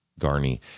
Garney